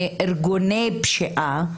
מארגוני פשיעה,